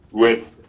with